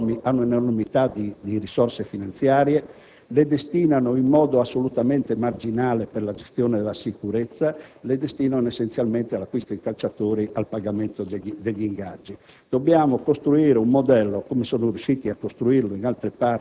Oggi le società di calcio, soprattutto con gli introiti delle *pay-tv*, hanno una enormità di risorse finanziarie; le destinano in modo assolutamente marginale alla gestione della sicurezza, ma essenzialmente all'acquisto di calciatori, al pagamento degli ingaggi.